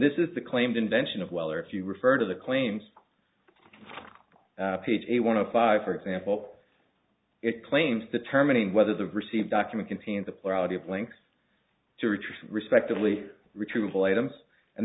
this is the claimed invention of well or if you refer to the claims he want to five for example it claims the terminating whether the receive document contains a plurality of links to retrieve respectively retrieval items and